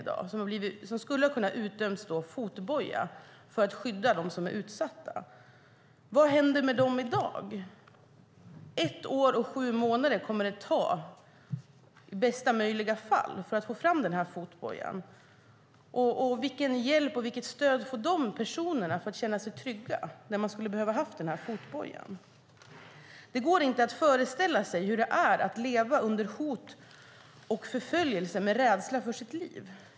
Det skulle ha kunnat utdömas fotboja för att skydda dem som är utsatta. Vad händer med dem i dag? Ett år och sju månader kommer det att ta, i bästa möjliga fall, att få fram fotbojan. Vilken hjälp och vilket stöd får dessa personer för att känna sig trygga, när man skulle ha behövt fotbojan? Det går inte att föreställa sig hur det är att leva under hot och förföljelse, med rädsla för sitt liv.